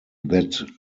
that